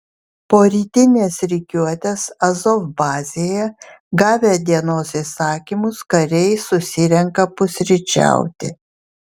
po rytinės rikiuotės azov bazėje gavę dienos įsakymus kariai susirenka pusryčiauti